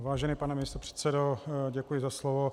Vážený pane místopředsedo, děkuji za slovo.